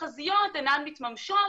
תחזיות אינן מתממשות.